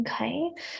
okay